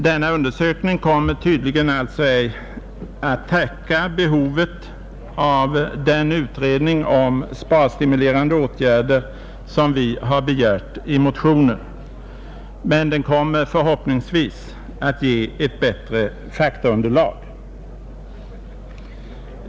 Denna undersökning kommer alltså tydligen ej att täcka behovet av den utredning om sparstimulerande åtgärder som vi har begärt i motionen, Men den kommer förhoppningsvis att ge ett bättre faktaunderlag.